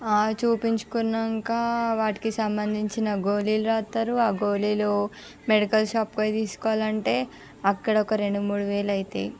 చూపించుకున్నాక వాటికి సంబంధించిన గోళీలు రాస్తారు ఆ గోళీలు మెడికల్ షాప్కి పోయి తీసుకోవాలంటే అక్కడ ఒక రెండు మూడు వేలు అవుతాయి